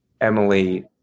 Emily